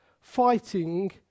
fighting